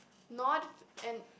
not and